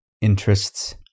interests